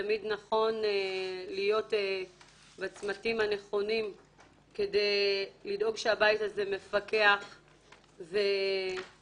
שתמיד נכון להיות בצמתים הנכונים כדי לדאוג שהבית הזה מפקח ודוחף